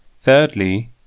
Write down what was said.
Thirdly